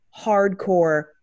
hardcore